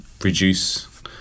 reduce